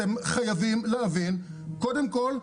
אתם חייבים להבין שקודם כל,